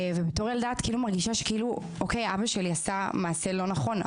בתור ילדה אני מרגישה שאבא שלי עשה מעשה לא נכון,